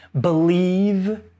Believe